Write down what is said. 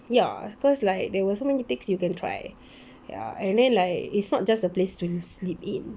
ya cause like there were so many things you can try ya and then like it's not just a place to sleep in